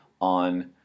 on